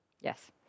Yes